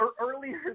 earlier